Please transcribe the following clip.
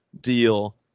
deal